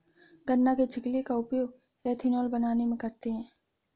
गन्ना के छिलके का उपयोग एथेनॉल बनाने में करते हैं